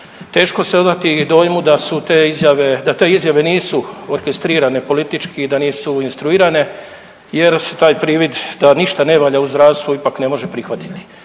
da su te izjave, da te izjave nisu orkestrirane politički, da nisu instruirane jer se taj privid da ništa ne valja u zdravstvu ipak ne može prihvatiti.